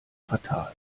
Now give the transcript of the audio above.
fatal